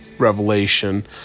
Revelation